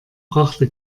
brachte